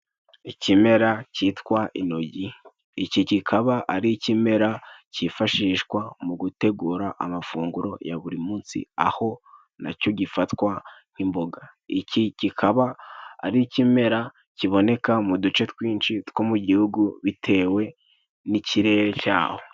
Ikimera cyitwa inogi, iki kikaba ari ikimera cyifashishwa mu gutegura amafunguro ya buri munsi, aho nacyo gifatwa nk'imboga. Iki kikaba ari ikimera kiboneka mu duce twinshi two mu gihugu, bitewe n'ikirere cya ho.